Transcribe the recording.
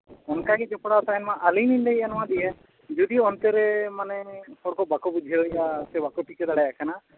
ᱚᱱᱠᱟ ᱜᱮ ᱡᱚᱯᱲᱟᱣ ᱛᱟᱦᱮᱱ ᱢᱟ ᱟᱹᱞᱤᱧ ᱞᱤᱧ ᱞᱟᱹᱭᱮᱫ ᱡᱮ ᱡᱩᱫᱤ ᱚᱱᱛᱮ ᱨᱮ ᱢᱟᱱᱮ ᱦᱚᱲᱠᱚ ᱵᱟᱠᱚ ᱵᱩᱡᱷᱟᱹᱣ ᱮᱜᱼᱟ ᱥᱮ ᱵᱟᱠᱚ ᱴᱤᱠᱟᱹᱣ ᱫᱟᱲᱮᱭᱟᱜ ᱠᱟᱱᱟ